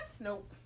Nope